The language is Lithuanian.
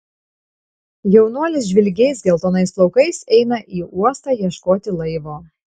jaunuolis žvilgiais geltonais plaukais eina į uostą ieškoti laivo